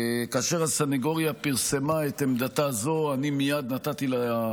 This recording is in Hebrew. שר המשפטים יריב לוין: תודה רבה, אדוני היושב-ראש.